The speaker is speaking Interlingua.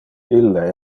ille